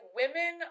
women